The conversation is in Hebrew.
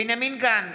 בנימין גנץ,